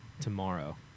tomorrow